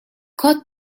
got